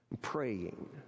praying